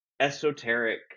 esoteric